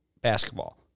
basketball